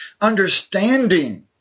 understanding